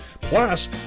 plus